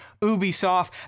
Ubisoft